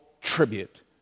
tribute